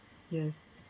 yes